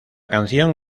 canción